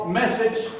message